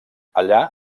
allà